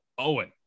Owen